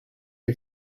can